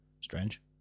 Strange